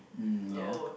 mm ya